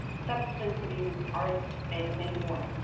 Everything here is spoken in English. substance abuse, arts, and many more.